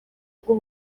bw’u